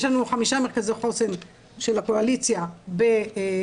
יש לנו חמישה מרכזי חוסן של הקואליציה בדרום,